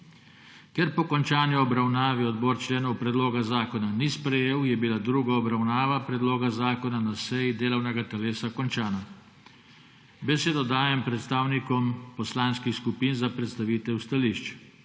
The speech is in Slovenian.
Ker po končani obravnavi odbor členov predloga zakona ni sprejel, je bila druga obravnava predloga zakona na seji delovnega telesa končana. Besedo dajem predstavnikom poslanskih skupin za predstavitev stališč.